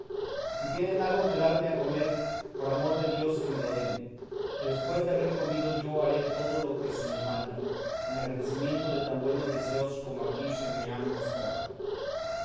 si tienen algo que darme a comer por amor de dios que me lo den que después de haber comido yo haré todo lo que se me manda en agradecimiento de tan buenos deseos como aquí se me han mostrado